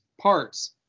parts